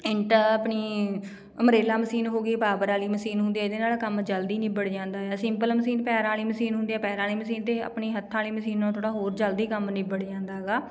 int ਆਪਣੀ ਅਮਰੇਲਾ machine ਹੋਗੀ ਪਾਵਰ ਵਾਲੀ ਮਸ਼ੀਨ ਹੁੰਦੀ ਆ ਇਹਦੇ ਨਾਲ ਕੰਮ ਜਲਦੀ ਨਿੱਬੜ ਜਾਂਦਾ ਆ ਸਿੰਪਲ ਮਸ਼ੀਨ ਪੈਰਾਂ ਵਾਲੀ ਮਸ਼ੀਨ ਹੁੰਦੀ ਆ ਪੈਰਾਂ ਵਾਲੀ ਮਸ਼ੀਨ ਅਤੇ ਆਪਣੀ ਹੱਥਾਂ ਵਾਲੀ ਮਸ਼ੀਨ ਨਾਲ ਥੋੜ੍ਹਾ ਹੋਰ ਜਲਦੀ ਕੰਮ ਨਿੱਬੜ ਜਾਂਦਾ ਹੈਗਾ